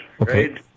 Okay